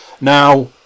Now